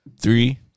Three